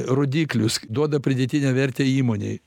rodiklius duoda pridėtinę vertę įmonei